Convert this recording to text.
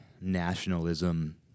nationalism